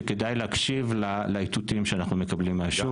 שכדאי להקשיב לאיתותים שאנחנו מקבלים מהשוק,